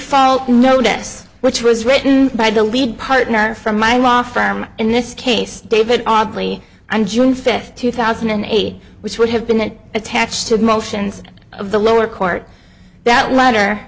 default notice which was written by the lead partner from my law firm in this case david audley on june fifth two thousand and eight which would have been then attached to the motions of the lower court that latter